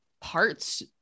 parts